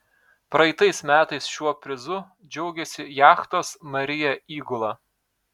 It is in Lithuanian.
praeitais metais šiuo prizu džiaugėsi jachtos maria įgula